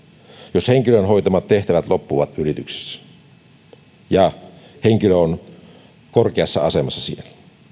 jos henkilön hoitamat tehtävät loppuvat yrityksessä ja henkilö on korkeassa asemassa siinä